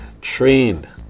trained